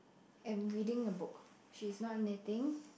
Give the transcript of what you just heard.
and reading a book she's not knitting